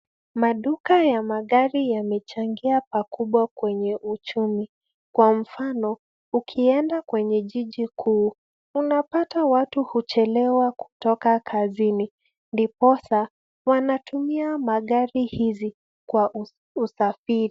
Maduka ya magari yamechangia pakubwa kwenye uchumi, kwa mfano ukienda kwenye jiji kuu unapata watu huchelewa kutoka kazini, ndiposa wanatumia magari hizi kwa uafiri.